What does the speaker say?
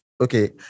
Okay